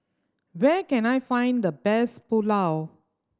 where can I find the best Pulao